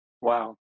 Wow